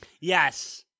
yes